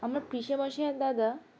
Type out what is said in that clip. আমার পিসেমশাই আর দাদা